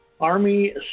Army